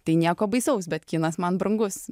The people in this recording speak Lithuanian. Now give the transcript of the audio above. tai nieko baisaus bet kinas man brangus